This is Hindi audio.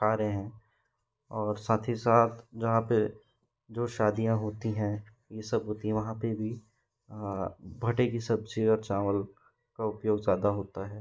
खा रहे हैं और साथ ही साथ जहाँ पर जो शादियाँ होती हैं यह सब होती वहाँ पर भी भाटे की सब्ज़ी और चावल का उपयोग ज़्यादा होता है